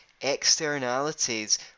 externalities